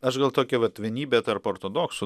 aš gal tokią vat vienybę tarp ortodoksų